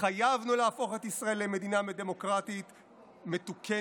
התחייבנו להפוך את ישראל למדינה דמוקרטית מתוקנת,